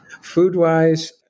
Food-wise